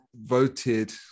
voted